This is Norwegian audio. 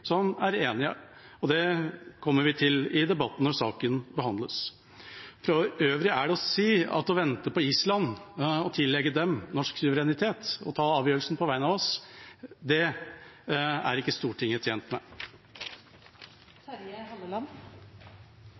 som er enige. Det kommer vi til i debatten når saken behandles. For øvrig er det å si at å vente på Island og tillegge dem norsk suverenitet, at de skal ta avgjørelsen på vegne av oss, er ikke Stortinget tjent med.